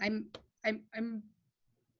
i'm i'm i'm